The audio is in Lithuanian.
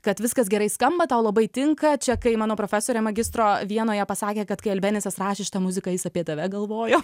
kad viskas gerai skamba tau labai tinka čia kai mano profesorė magistro vienoje pasakė kad kai albenesas rašė šitą muziką jis apie tave galvojo